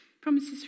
Promises